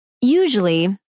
Usually